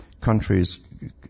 countries